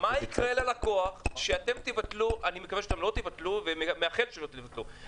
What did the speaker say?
אני מקווה ומייחל שלא תבטלו.